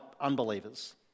unbelievers